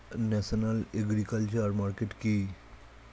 National agriculture market কি?